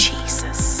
Jesus